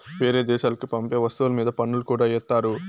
వేరే దేశాలకి పంపే వస్తువుల మీద పన్నులు కూడా ఏత్తారు